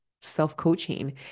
self-coaching